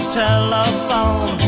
telephone